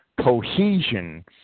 cohesion